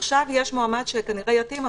עכשיו יש מועמד שכנראה יתאים,